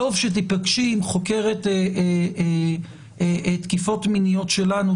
טוב שתיפגשי עם חוקרת תקיפות מיניות שלנו,